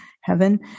heaven